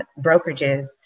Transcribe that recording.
brokerages